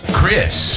Chris